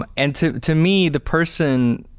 um and to to me, the person